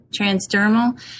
transdermal